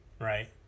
right